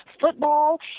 football